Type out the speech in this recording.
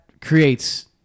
creates